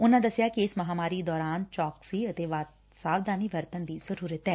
ਉਨੂਾ ਦੱਸਿਆ ਕਿ ਇਸ ਮਹਾਮਾਰੀ ਦੌਰਾਨ ਚੌਕਸੀ ਤੇ ਸਾਵਧਾਨੀ ਵਰਤਣ ਦੀ ਜ਼ਰੂਰਤ ਏ